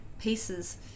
pieces